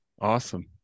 Awesome